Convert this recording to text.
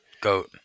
Goat